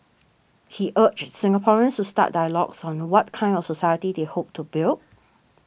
he urged Singaporeans to start dialogues on what kind of society they hope to build